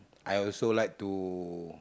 I also like to